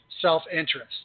self-interest